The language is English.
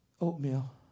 oatmeal